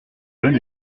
bonne